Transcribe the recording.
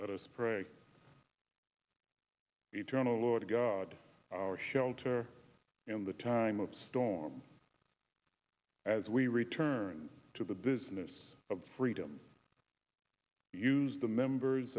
us pray eternal lord god our shelter in the time of storm as we return to the business of freedom use the members